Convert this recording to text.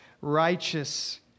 righteous